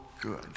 good